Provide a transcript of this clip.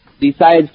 decides